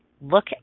Look